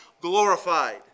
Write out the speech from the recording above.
glorified